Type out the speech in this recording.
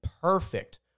perfect